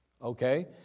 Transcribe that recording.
Okay